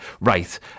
right